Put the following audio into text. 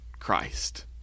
christ